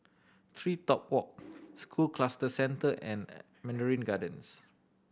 TreeTop Walk School Cluster Centre and Mandarin Gardens